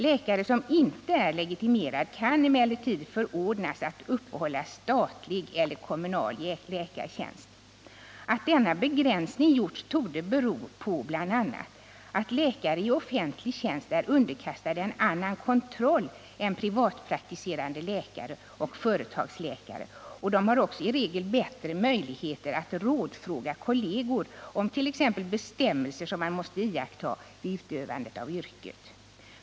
Läkare som inte är legitimerad kan emellertid förordnas att uppehålla statlig eller kommunal läkartjänst. Att denna begränsning gjorts torde bl.a. bero på att läkare i offentlig tjänst är underkastade en annan kontroll än privatpraktiserande läkare och företagsläkare. De har också i regel bättre möjligheter att rådfråga kolleger om t.ex. bestämmelser som man måste iaktta vid utövandet av yrket.